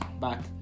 back